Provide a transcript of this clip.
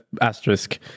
asterisk